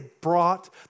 brought